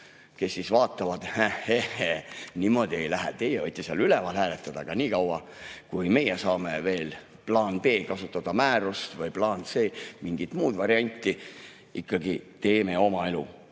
kes vaatab, et ehhee, niimoodi ei lähe, teie võite seal üleval hääletada, aga nii kaua, kui meie saame veel plaan B‑d kasutada, määrust, või plaan C‑d, mingit muud varianti, ikkagi teeme oma elu.